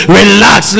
relax